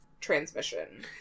Transmission